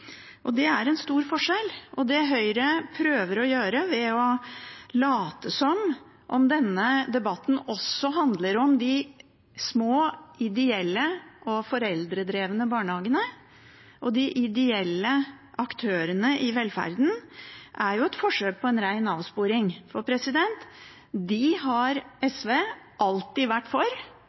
Det er en stor forskjell, og det Høyre prøver å gjøre ved å late som om denne debatten også handler om de små ideelle og foreldredrevne barnehagene og de ideelle aktørene i velferden, er jo et forsøk på en ren avsporing. For de har SV alltid vært for,